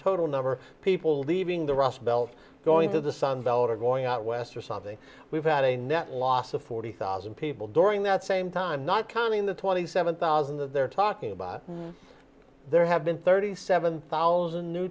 total number of people leaving the rust belt going to the sunbelt or going out west or something we've had a net loss of forty thousand people during that same time not counting the twenty seven thousand that they're talking about there have been thirty seven thousand new